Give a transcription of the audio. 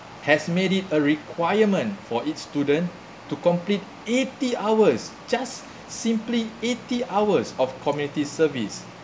has made it a requirement for its students to complete eighty hours just simply eighty hours of community service